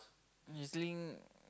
EZ-Link